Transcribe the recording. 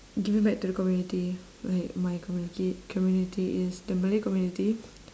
giving back to the community like my community community is the malay community